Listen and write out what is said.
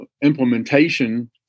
implementation